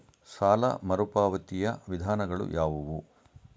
ಸಾಲ ಮರುಪಾವತಿಯ ವಿಧಾನಗಳು ಯಾವುವು?